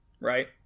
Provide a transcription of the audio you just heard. right